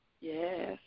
Yes